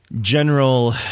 general